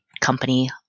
company